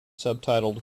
subtitled